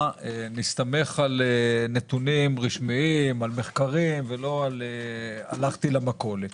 נסתמך על נתונים רשמיים ומחקרים ולא על "הלכתי למכולת".